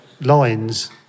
lines